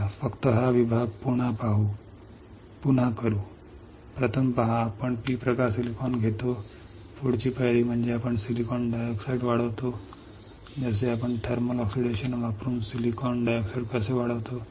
चला फक्त या विभागाची पुनरावृत्ती करूया प्रथम पहा आपण P प्रकार सिलिकॉन घेतो पुढची पायरी म्हणजे आपण सिलिकॉन डाय ऑक्साईड वाढवतो जसे आपण थर्मल ऑक्सिडेशन वापरून सिलिकॉन डायऑक्साइड कसे वाढवतो